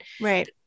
Right